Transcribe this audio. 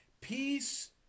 Peace